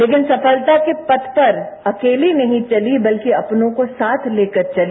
लेकिन सफलता के पथ पर अकेली नहीं चली बल्कि अपनों को साथ लेकर चली